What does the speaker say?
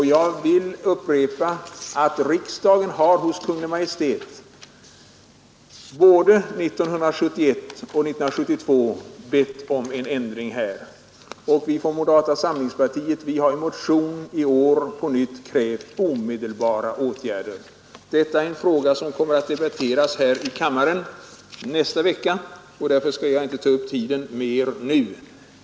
Jag vill upprepa att riksdagen hos Kungl. Maj:t både 1971 och 1972 har bett om en ändring. Från moderata samlingspartiet har vi i år i en motion på nytt krävt omedelbara åtgärder. Detta är en fråga som kommer att debatteras här i riksdagen nästa vecka. Därför skall jag inte nu ta upp mer av ledamöternas tid.